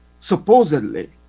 supposedly